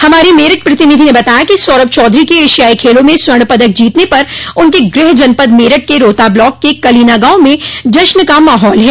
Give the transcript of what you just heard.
हमारी मेरठ प्रतिनिधि ने बताया कि सौरभ चौधरी के एशियाई खेलों में स्वर्ण पदक जीतने पर उनके गृह जनपद मेरठ के रोहता ब्लाक के कलीना गांव में जश्न का माहौल है